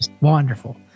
Wonderful